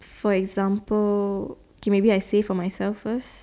for example okay maybe I say for myself first